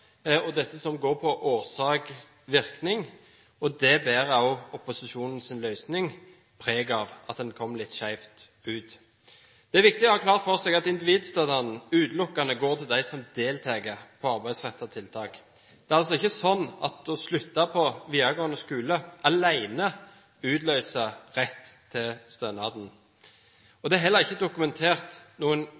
og dette som går på årsak–virkning, og opposisjonens løsning bærer også preg av at man kom litt skjevt ut. Det er viktig å ha klart for seg at individstønaden utelukkende går til dem som deltar i arbeidsrettede tiltak. Det er altså ikke sånn at det å slutte på videregående skole alene utløser rett til stønad. Det er heller ikke dokumentert noen